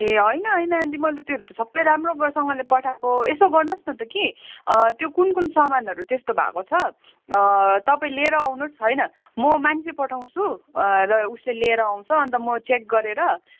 ए होइन होइन आन्टी मैले त्योहरू त सबै राम्रोसँगले पठाएको यसो गर्नुहोस् न त कि त्यो कुन कुन सामानहरू त्यस्तो भएको छ तपाईँ लिएर आउनुहोस् होइन म मान्छे पठाउँछु र उसले लिएर आउँछ अन्त म चेक गरेर